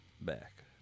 back